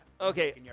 Okay